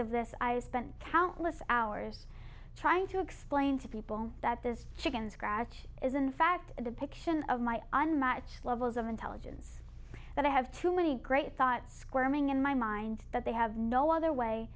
of this i spend countless hours trying to explain to people that this chicken scratch is in fact a depiction of my unmatched levels of intelligence that i have too many great thoughts squirming in my mind that they have no other way